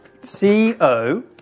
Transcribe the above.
C-O